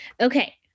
Okay